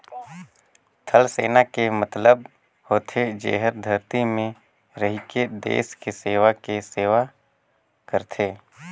थलसेना के मतलब होथे जेहर धरती में रहिके देस के सेवा के सेवा करथे